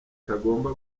utagomba